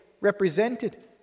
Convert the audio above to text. represented